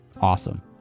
awesome